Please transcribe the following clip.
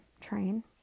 train